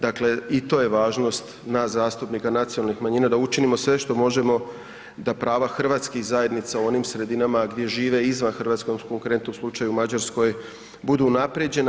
Dakle i to je važnost nas zastupnika nacionalnih manjina da učinimo sve što možemo da prava hrvatskih zajednica u onim sredinama gdje žive izvan Hrvatske, konkretno u slučaju u Mađarskoj budu unaprijeđena.